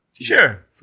Sure